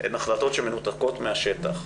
הן החלטות שמנותקות מהשטח,